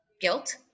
guilt